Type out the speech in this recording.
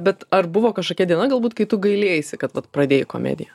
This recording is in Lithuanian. bet ar buvo kažkokia diena galbūt kai tu gailėjaisi kad pradėjai komediją